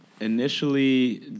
Initially